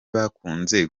bakunze